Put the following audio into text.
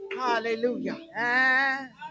Hallelujah